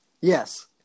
Yes